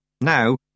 Now